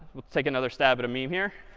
let's take another stab at a meme here.